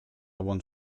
won’t